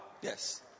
Yes